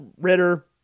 Ritter